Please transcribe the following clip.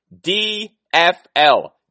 DFL